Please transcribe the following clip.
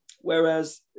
Whereas